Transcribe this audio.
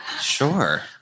Sure